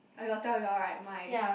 I got tell you all right my